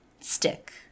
stick